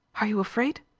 are you afraid?